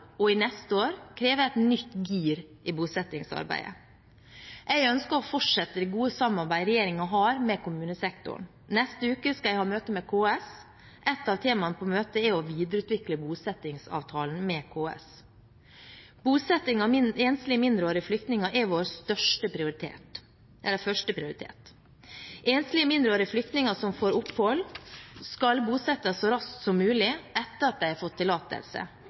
og til neste år, krever et nytt gir i bosettingsarbeidet. Jeg ønsker å fortsette det gode samarbeidet regjeringen har med kommunesektoren. Neste uke skal jeg ha møte med KS, og et av temaene på møtet er å videreutvikle bosettingsavtalen med KS. Bosetting av enslige mindreårige flyktninger er vår første prioritet. Enslige mindreårige flyktninger som får opphold, skal bosettes så raskt som mulig etter at de har fått tillatelse.